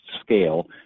scale